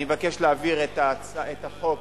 אני מבקש להעביר את הצעת החוק,